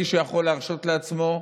אם מישהו יכול להרשות לעצמו,